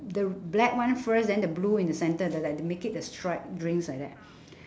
the black one first then the blue in the centre the like they make it the stripe drinks like that